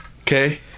okay